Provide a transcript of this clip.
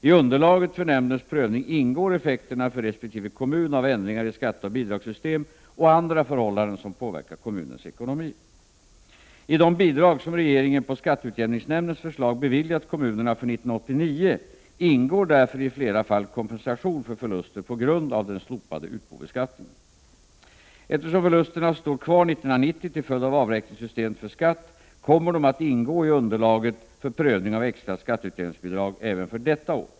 I underlaget för nämndens prövning ingår effekterna för resp. kommun av ändringar i skatteoch bidragssystem och andra förhållanden som påverkar kommunens ekonomi. I de bidrag som regeringen på skatteutjämningsnämndens förslag beviljat kommunerna för 1989 ingår därför i flera fall kompensation för förluster på grund av den slopade utbobeskattningen. Eftersom förlusterna står kvar 1990 till följd av avräkningssystemet för skatt kommer de att ingå i underlaget för prövning av extra skatteutjämningsbidrag även för detta år.